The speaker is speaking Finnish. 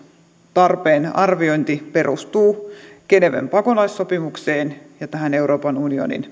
tarpeen arviointimme perustuu geneven pakolaissopimukseen ja tähän euroopan unionin